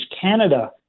Canada